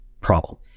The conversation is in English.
problem